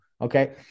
Okay